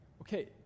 okay